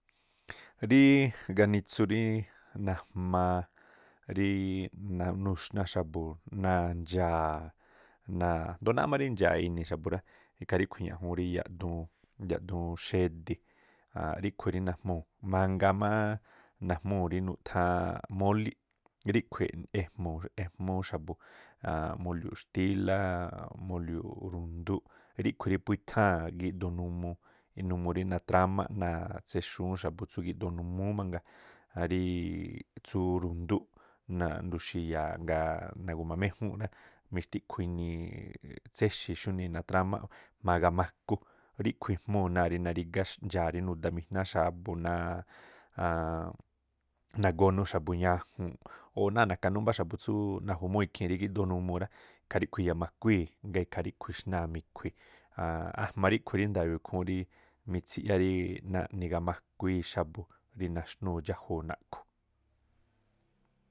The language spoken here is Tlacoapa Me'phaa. Ríi ganitsu rí najmaa rí na nuxna xa̱bu̱ náa̱ ndxaa̱ ando̱o náá má ndxa̱a̱ ini̱ xa̱bu̱ rá, ikhaa ríꞌkhui̱ ̱ñajuunꞌ yaꞌduun xe̱di̱, ríꞌkhui̱ rí nájmúu̱ mangaa má najmúu̱ rí nutháa̱n molíꞌ, ríꞌkhui̱ ejmu̱u̱- ejmuuu xa̱bu̱ moliuu̱ꞌ xtílá, moliuu̱ꞌ rundúꞌ ríꞌkhui̱ rí phú i̱tháa̱n numuu rí natramá náa̱ tséxuu̱n xa̱bu̱ tsú gíꞌdoo numúú mangaa, tsú rundúꞌ, nuxi̱ya̱a̱ ngaa nagu̱maméjúu̱nꞌ rá, mixtiꞌkhu inii tséxi̱ xúnii nadrámá jma̱a gamaku. Ríꞌkhui̱ ejmúu̱ náa̱ ri narígá ndxaa̱ rí nudamijná xa̱bu̱ nagónu xa̱bu̱ ñajunꞌ o̱ náa̱ na̱ka̱nú mbáá xa̱bu̱ tsú najumúu̱ ikhii̱n rí giꞌdoo numuu rá ikhaa ríꞌkhui̱ iyamakuíi̱. Ajma̱ riꞌkhuiñ rí nda̱yo̱o̱ ikhúún rí mitsiꞌyá naꞌni gamakuii xa̱bu̱ rí naxnúu̱ dxájuu̱ naꞌkhu̱.